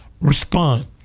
respond